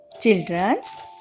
Children's